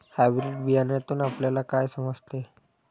Hybrid बियाण्यातून आपल्याला काय समजते?